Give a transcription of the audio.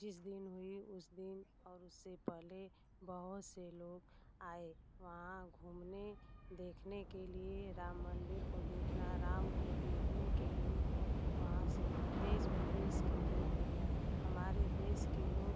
जिस दिन हुई उस दिन और उससे पहले बहुत से लोग आए वहाँ घूमने देखने के लिए राम मंदिर को देखना राम को देखने के लिए वहाँ से देश विदेश के लोग भी आए हमारे देश के लोग